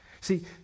See